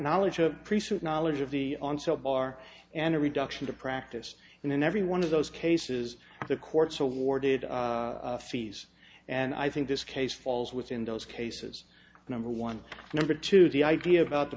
knowledge of pre set knowledge of the onset bar and a reduction to practice and in every one of those cases the courts awarded fees and i think this case falls within those cases number one number two the idea about the